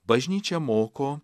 bažnyčia moko